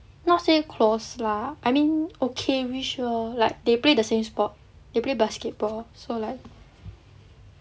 not say close lah I mean okay I mean sure like they play the same sport they play basketball so like